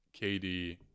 KD